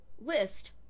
list